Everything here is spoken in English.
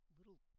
little